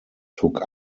took